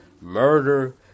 murder